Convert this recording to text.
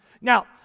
Now